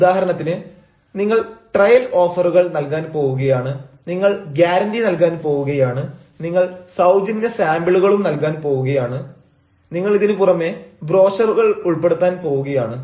ഉദാഹരണത്തിന് നിങ്ങൾ ട്രയൽ ഓഫറുകൾ നൽകാൻ പോവുകയാണ് നിങ്ങൾ ഗ്യാരണ്ടി നൽകാൻ പോവുകയാണ് നിങ്ങൾ സൌജന്യ സാമ്പിളുകളും നൽകാൻ പോവുകയാണ് നിങ്ങൾ ഇതിനു പുറമേ ബ്രോഷറുകൾ ഉൾപ്പെടുത്താൻ പോവുകയാണ്